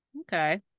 okay